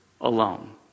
alone